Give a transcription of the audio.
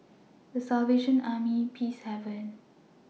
The Salvation Army Peacehaven